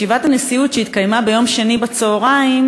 ישיבת הנשיאות שהתקיימה ביום שני בצהריים